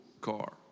car